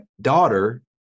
daughter